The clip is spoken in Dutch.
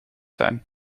zijn